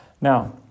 Now